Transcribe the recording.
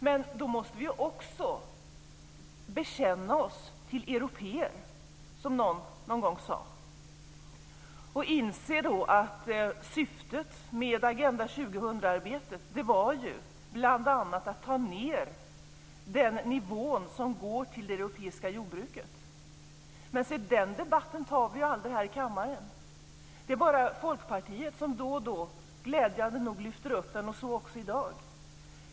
Men då måste vi också bekänna att vi är européer, som någon någon gång sade, och inse att syftet med Agenda 2000-arbetet bl.a. var att ta ned nivån vad gäller det europeiska jordbruket. Men se, den debatten tar vi aldrig här i kammaren. Det är bara Folkpartiet som då och då glädjande nog lyfter upp den, och så också i dag.